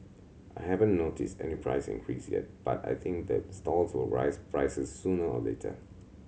I haven't noticed any price increase yet but I think the stalls will raise prices sooner or later